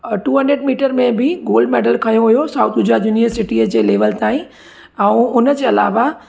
two hundred metre में बि gold medal खंयो हुयो साउथ गुजरात यूनिअसिटी जे लेवल जे लाइ ऐं हुन जे अलावा